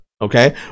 okay